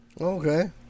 Okay